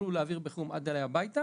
שתוכלו להעביר עד לבית,